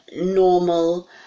normal